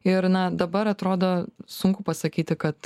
ir na dabar atrodo sunku pasakyti kad